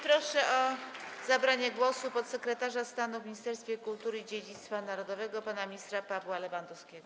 Proszę o zabranie głosu podsekretarza stanu w Ministerstwie Kultury i Dziedzictwa Narodowego pana ministra Pawła Lewandowskiego.